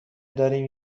داریم